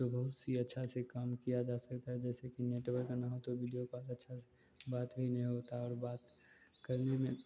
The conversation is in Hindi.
तो बहुत सी अच्छा से काम किया जा सकता है जैसे कि नेटवर्क ना हो तो वीडियो कॉल अच्छा से बात भी नहीं होता है और बात करने में